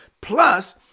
plus